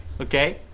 Okay